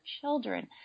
children